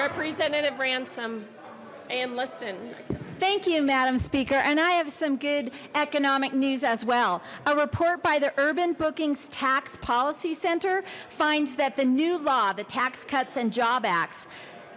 representative ransom and listen thank you madam speaker and i have some good economic news as well a report by the urban bookings tax policy center finds that the new law the tax cuts and job acts